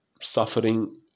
suffering